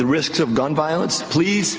the risks of gun violence please